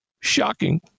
shocking